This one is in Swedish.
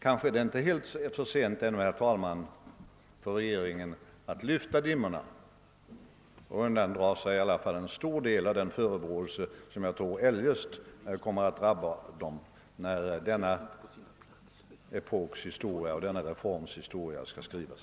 Ännu är det kanske inte för sent, herr talman, för regeringen att skingra dimmorna och undandra sig i varje fall en del av den förebråelse, som jag tror eljest kommer att drabba den när denna epoks och denna reforms historia skall skrivas.